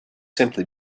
simply